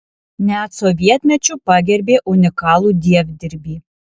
net sovietmečiu pagerbė unikalų dievdirbį